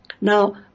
Now